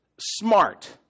smart